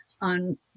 on